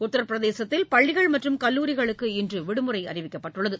உத்திரபிரதேசத்தில் பள்ளிகள் மற்றும் கல்லூரிகளுக்கு இன்று விடுமுறை அறிவிக்கப்பட்டுள்ளது